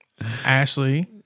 Ashley